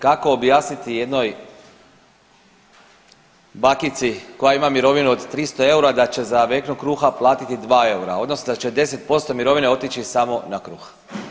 Kako objasniti jednoj bakici koja ima mirovinu od 300 eura, da će za vekno kruha platiti 2 eura, odnosno da će 10% mirovine otići samo na kruh.